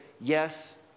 yes